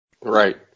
Right